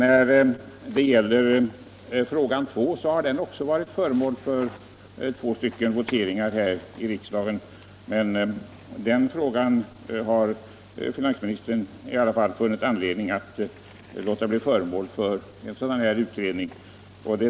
Även delfråga 2 har varit föremål för två voteringar här i riksdagen, men den frågan har finansministern i alla fall funnit anledning att låta utreda.